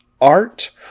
art